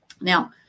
Now